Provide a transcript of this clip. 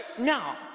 now